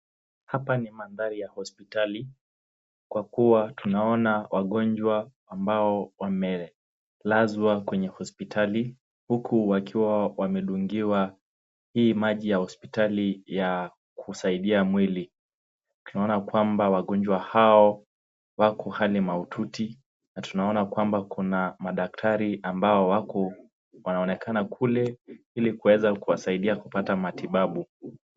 Hapa ni madhari ya hosipitali, kwa kua tunaona wagonjwa ambao wamelazwa kwenye hosipitali huku wakiwa wamedungiwa hii maji ya hosipitali ya kusaidia mwili. Tunaona kwamba, wagonjwa hao wako hali mahututi, Na tunaona kwamba kuna madaktari ambao wako, wanaonekana kule ili kuweza kuwasaidia kupata matibabu.